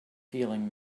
feeling